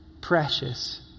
precious